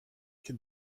can